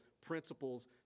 principles